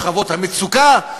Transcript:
שכבות המצוקה,